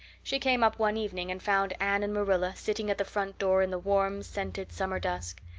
she came up one evening and found anne and marilla sitting at the front door in the warm, scented summer dusk.